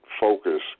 focus